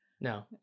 No